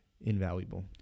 invaluable